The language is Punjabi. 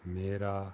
ਮੇਰਾ